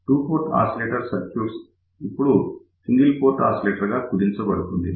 two port oscillator circuits ఇప్పుడు single port oscillator గా కుదించబడింది